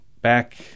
back